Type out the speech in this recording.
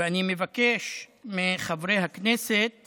ואני מבקש מחברי הכנסת